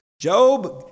Job